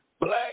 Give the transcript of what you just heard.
black